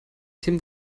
tim